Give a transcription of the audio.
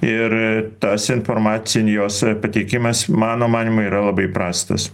ir tas informacinjos pateikimas mano manymu yra labai prastas